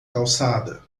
calçada